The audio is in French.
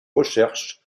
recherches